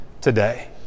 today